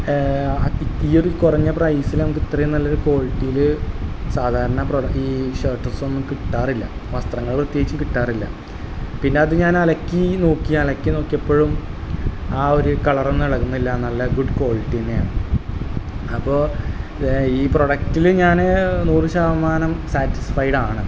ഈ ഒരു കുറഞ്ഞ പ്രൈസില് നമുക്ക് ഇത്രയും നല്ലൊരു കോളിറ്റിയില് സാധാരണ പ്രൊഡക്റ്റ് ഈ ഷർട്ട്സൊന്നും കിട്ടാറില്ല വസ്ത്രങ്ങള് പ്രത്യേകിച്ചും കിട്ടാറില്ല പിന്നത് ഞാനലക്കി നോക്കി അലക്കി നോക്കിയപ്പോഴും ആ ഒരു കളറൊന്നും ഇളകുന്നില്ല നല്ല ഗുഡ് കോളിറ്റി തന്നെയാണ് അപ്പോള് ഈ പ്രൊഡക്റ്റില് ഞാന് നൂറ് ശതമാനം സാറ്റിസ്ഫൈഡാണ്